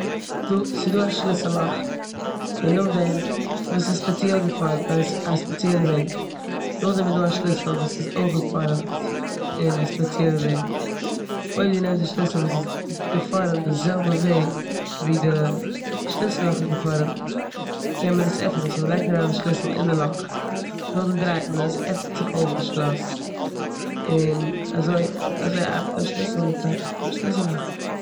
דא- ס'דא א שליסל לאך און נאכדעם- וואס ס'איז ספעציעל געפארעמט א- א ספעציעלע וועג. נאכדעם איז דא א שליסל וואס איז אויך געפארעמט אין א ספעציעלע וועג. אויב די נעמסט די שליסל וואס איז געפארעמט די זעלבע וועג ווי די שליסל לאך איז געפארעמט קען מען עס עפענען. סאו מ'לייגט אריין די שליסל אין די לאך און נאכדעם דרייט מען עס, עפנט זיך אויף די שלאס און אזוי- אזוי ארבעט א שליסל מיט א שליסל לאך.